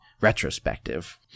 retrospective